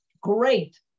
Great